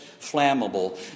flammable